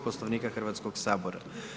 Poslovnika Hrvatskog sabora.